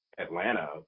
Atlanta